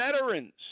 veterans